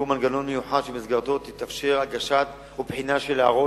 מנגנון מיוחד שבמסגרתו תתאפשר הגשה ובחינה של הערות